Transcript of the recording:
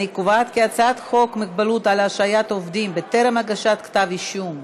אני קובעת כי הצעת חוק מגבלות על השעיית עובדים בטרם הגשת כתב אישום,